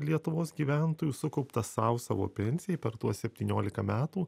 lietuvos gyventojų sukauptas sau savo pensijai per tuos septyniolika metų